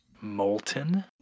Molten